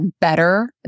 better